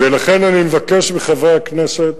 ולכן אני מבקש מחברי הכנסת